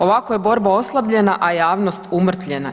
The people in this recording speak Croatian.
Ovako je borba oslabljena, a javnost umrtvljena.